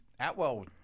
Atwell